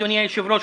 אדוני היושב-ראש,